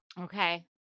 Okay